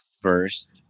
first